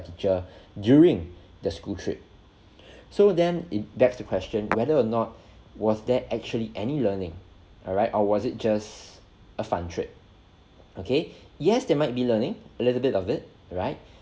teacher during the school trip so then it backs the question whether or not was there actually any learning alright or was it just a fun trip okay yes they might be learning a little bit of it right